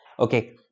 Okay